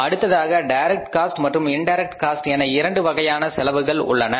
அடுத்ததாக direct cost மற்றும் indirect cost என இரண்டு வகையான செலவுகள் உள்ளன